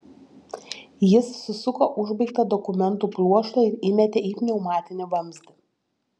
jis susuko užbaigtą dokumentų pluoštą ir įmetė į pneumatinį vamzdį